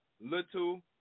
little